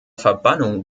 verbannung